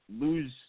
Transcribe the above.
lose